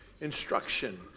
Instruction